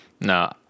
No